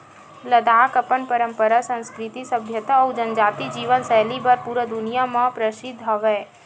लद्दाख अपन पंरपरा, संस्कृति, सभ्यता अउ जनजाति जीवन सैली बर पूरा दुनिया म परसिद्ध हवय